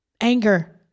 Anger